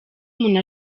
umuntu